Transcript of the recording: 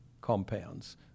compounds